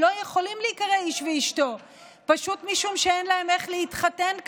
לא יכולים להיקרא איש ואשתו פשוט משום שאין להם איך להתחתן כאן,